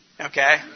Okay